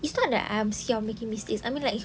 it's not that I'm sick of making mistakes I mean like